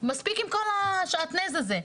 מספיק עם כל השעטנז הזה.